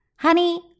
Honey